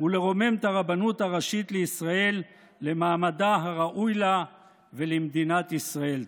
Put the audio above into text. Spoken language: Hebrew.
ולרומם את הרבנות הראשית לישראל למעמדה הראוי לה ולמדינת ישראל.